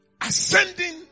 ascending